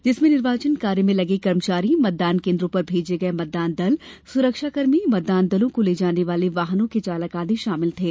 इनमें निर्वाचन कार्य में लगे कर्मचारी मतदान केन्द्रों पर भेजे गए मतदान दल सुरक्षा कर्मी मतदान दलों को ले जाने वाले वाहनों के चालक आदि शामिल थे